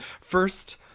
first